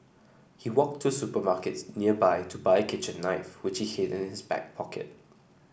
he walked to supermarkets nearby to buy kitchen knife which he hid in his back pocket